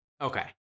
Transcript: Okay